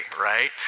right